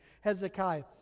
Hezekiah